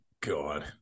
God